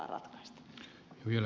arvoisa puhemies